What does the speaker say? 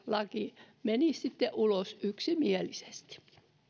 laki menisi sitten ulos yksimielisesti